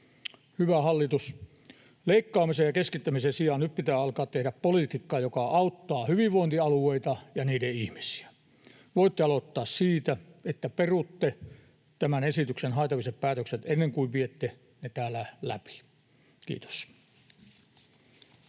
Hyvä hallitus, leikkaamisen ja keskittämisen sijaan nyt pitää alkaa tehdä politiikkaa, joka auttaa hyvinvointialueita ja niiden ihmisiä. Voitte aloittaa siitä, että perutte tämän esityksen haitalliset päätökset ennen kuin viette ne täällä läpi. — Kiitos.